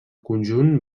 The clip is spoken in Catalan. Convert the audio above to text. conjunt